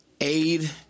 aid